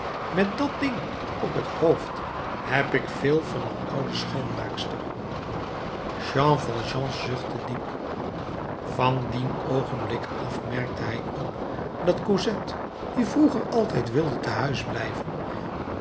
met dat ding op t hoofd heb ik veel van een oude schoonmaakster jean valjean zuchtte diep van dien oogenblik af merkte hij op dat cosette die vroeger altijd wilde te huis blijven